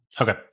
Okay